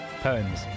poems